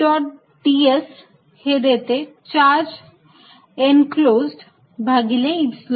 ds हे देते charge enclosed भागिले Epsilon 0